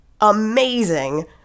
amazing